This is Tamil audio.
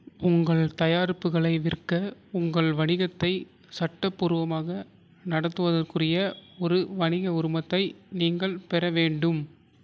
உங்கள் தயாரிப்புகளை விற்க உங்கள் வணிகத்தை சட்டப்பூர்வமாக நடத்துவதற்குரிய ஒரு வணிக உரிமத்தை நீங்கள் பெற வேண்டும்